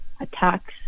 attacks